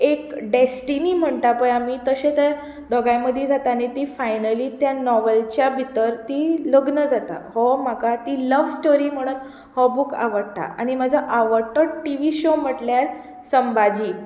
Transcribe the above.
एक डॅस्टीनी म्हणटा पय आमी तशें तें दोंगाय मदीं जाता आनी ती फायनली नॉवलाच्या भितर तीं लग्न जाता हो म्हाका ती लव्ह स्टोरी म्हणून हो बूक म्हाका आवडटा आनी म्हजो आवडटो टी वी श्यॉ म्हटल्यार संभाजी